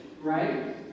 right